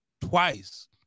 twice